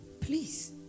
Please